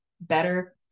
better